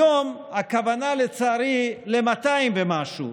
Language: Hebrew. היום הכוונה, לצערי, ל-200 ומשהו.